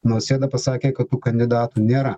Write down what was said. nausėda pasakė kad tų kandidatų nėra